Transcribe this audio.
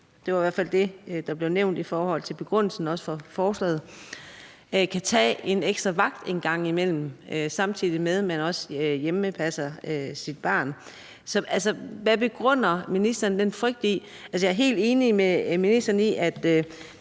det var i hvert fald det, der også blev nævnt i forhold til begrundelsen for forslaget – måske kan tage en ekstra vagt en gang imellem, samtidig med at man hjemmepasser sit barn. Så hvad begrunder ministeren den frygt med? Jeg er helt enig med ministeren i, at